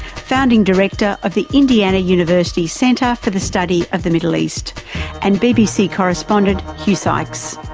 founding director of the indiana university center for the study of the middle east and bbc correspondent hugh sykes.